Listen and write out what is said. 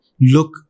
look